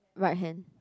right hand